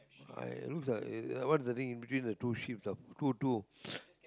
I looks like uh what is the thing in between the two sheep's ah two two